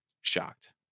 shocked